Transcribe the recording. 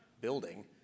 building